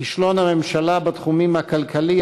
כישלון הממשלה בתחום הכלכלי,